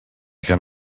can